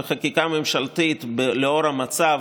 בחקיקה ממשלתית לאור המצב,